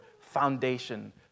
foundation